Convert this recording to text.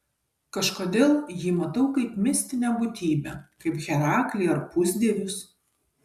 kažkodėl jį matau kaip mistinę būtybę kaip heraklį ar pusdievius